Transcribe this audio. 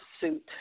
suit